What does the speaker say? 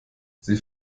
sie